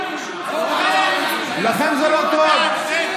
לכם זה לא טוב.